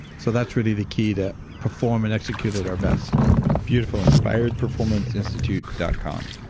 so that's really the key to perform and execute at our best beautiful. inspiredperformanceinstitute dot com.